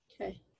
Okay